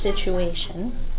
situation